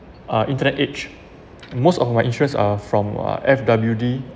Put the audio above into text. uh internet age most of my insurance are from uh F_W_D